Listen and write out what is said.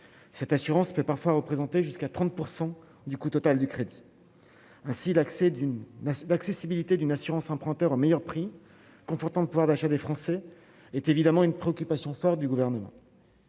cette assurance peut parfois représenter jusqu'à 30 % du coût total du crédit, ainsi l'accès d'une accessibilité d'une assurance emprunteur au meilleur prix, confortant de pouvoir d'achat des Français est évidemment une préoccupation phare du gouvernement,